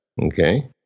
okay